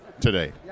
today